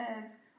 says